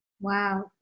Wow